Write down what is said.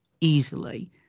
easily